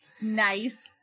Nice